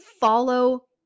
follow